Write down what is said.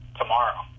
tomorrow